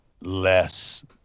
less